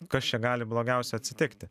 kas čia gali blogiausio atsitikti